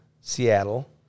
Seattle